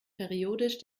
periodisch